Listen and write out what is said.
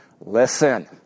listen